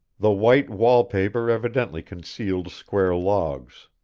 the white wall-paper evidently concealed squared logs.